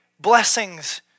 Blessings